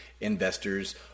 investors